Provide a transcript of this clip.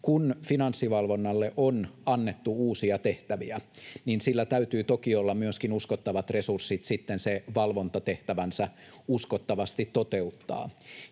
kun Finanssivalvonnalle on annettu uusia tehtäviä, sillä täytyy toki olla myöskin uskottavat resurssit se valvontatehtävänsä uskottavasti toteuttaa.